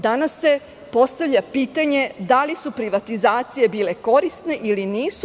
Danas se postavlja pitanje – da li su privatizacije bile korisne ili nisu?